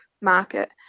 market